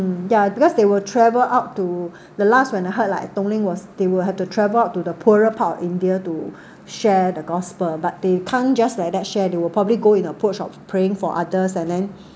yeah because they will travel out to the last when I heard like Dong-Ling was they will have to travel out to the poorer part of india to share the gospel but they can't just like that share they will probably go in a push of praying for others and then